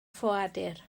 ffoadur